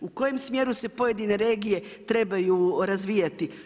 U kojem smjeru se pojedine regije, trebaju razvijati.